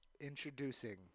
Introducing